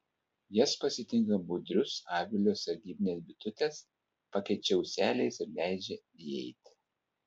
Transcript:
jas pasitinka budrius avilio sargybinės bitutės pakeičia ūseliais ir leidžia įeiti